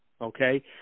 Okay